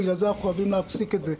ולכן אנחנו חייבים להפסיק תא זה.